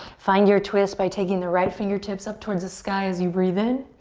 find your twist by taking the right fingertips up towards the sky as you breathe in.